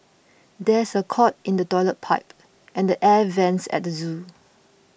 there is a clog in the Toilet Pipe and the Air Vents at the zoo